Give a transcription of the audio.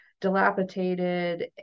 dilapidated